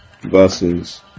Versus